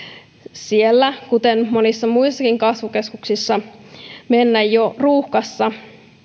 siellä kuten monissa muissakin kasvukeskuksissa mennä jo ruuhkassa